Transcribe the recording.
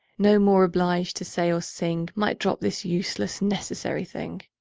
no more oblig'd to say or sing, might drop this useless necessary thing